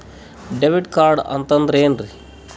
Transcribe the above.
Debit card ಅಂತಂದ್ರೆ ಏನ್ರೀ?